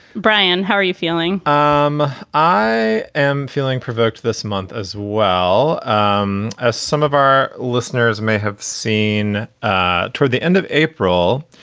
brian, how are you feeling? um i am feeling provoked this month as well um as some of our listeners may have seen ah toward the end of april.